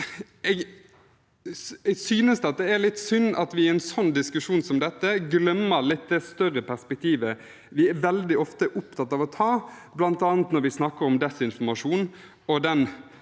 jeg synes det er litt synd at vi i en diskusjon som dette glemmer litt det større perspektivet vi veldig ofte er opptatt av å ta, bl.a. når vi snakker om desinformasjon og den